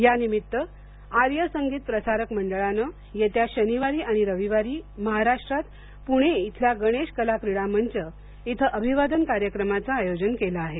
या निमित्त आर्य संगीत प्रसारक मंडळानं येत्या शनिवारी आणि रविवारी महाराष्ट्रात पुणे इथल्या गणेश कला क्रीडा मंच इथं अभिवादन कार्यक्रमाचं आयोजन केलं आहे